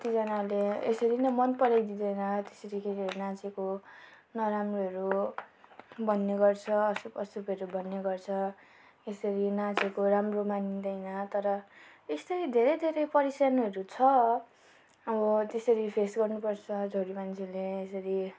कतिजनाले यसरी नै मन पराइदिँदैन त्यसरी केटीहरू नाचेको नराम्रोहरू भन्ने गर्छ अशुभ अशुभहरू भन्ने गर्छ यसरी नाचेको राम्रो मानिँदैन तर यस्तै धेरै धेरै परेसानीहरू छ अब त्यसरी फेस गर्नुपर्छ छोरी मान्छेले यसरी